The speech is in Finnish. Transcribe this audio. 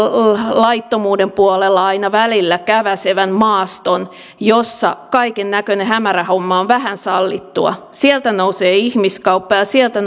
laittomuuden puolella aina välillä käväisevän maaston jossa kaikennäköinen hämärähomma on vähän sallittua sieltä nousee ihmiskauppa ja sieltä